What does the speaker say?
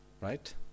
Right